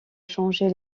changer